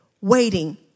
waiting